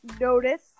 notice